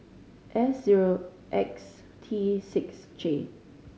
S zero X T six J